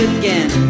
again